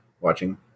watching